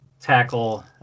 tackle